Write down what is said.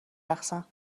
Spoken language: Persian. رقصن